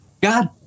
God